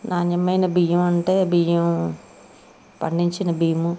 నాణ్యమైన బియ్యం అంటే బియ్యం పండించిన బియ్యం